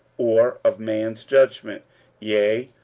or of man's judgment yea,